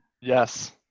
yes